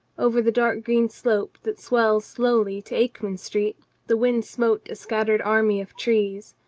over the dark green slope that swells slowly to akeman street the wind smote a scattered army of trees,